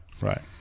Right